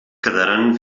quedaran